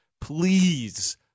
please